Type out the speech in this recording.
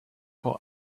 what